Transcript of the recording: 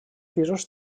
pisos